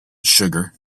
sugar